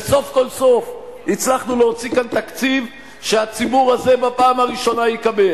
וסוף כל סוף הצלחנו להוציא כאן תקציב שהציבור הזה בפעם הראשונה יקבל.